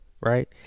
right